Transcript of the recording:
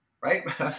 Right